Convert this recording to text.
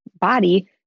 body